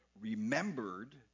remembered